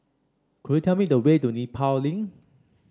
could you tell me the way to Nepal Link